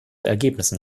ergebnissen